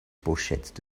pochettes